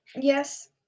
yes